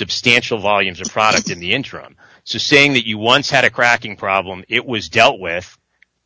substantial volumes of product in the interim saying that you once had a cracking problem it was dealt with